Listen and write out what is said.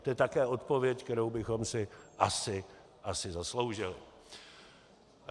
To je také odpověď, kterou bychom si asi zasloužili.